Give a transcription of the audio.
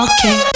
Okay